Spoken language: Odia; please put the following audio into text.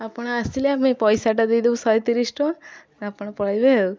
ଆପଣ ଆସିଲେ ଆମେ ପଇସାଟା ଦେଇଦେବୁ ଶହେ ତିରିଶ ଟଙ୍କା ଆପଣ ପଳାଇବେ ଆଉ